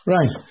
Right